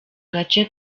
gace